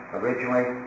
originally